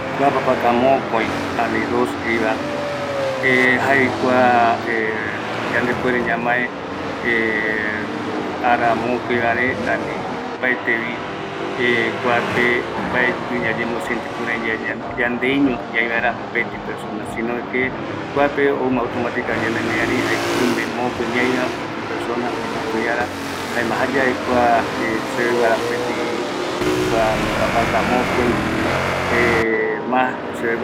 Kua papaka mokoi ani dos jeiva, jae kuare yandepuere ñamae ara mokoivare, ani opaetevi, kuape mbaetivi yaye mo siente kuaiyae yandeiño ñai vaera, möpëtï persona si no que, kuape oumavi automatica mente ñanemiarï jaeko oime mokoï ñaiva, mokoï personas, ani mokoi ara, jaema jayae kua seveguara mapëtï kua Papaka mocoi seve guara.